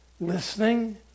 listening